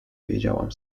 wiedziałam